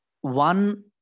one